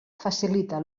facilita